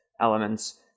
elements